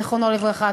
זיכרונו לברכה.